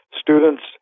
students